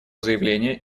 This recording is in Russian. заявление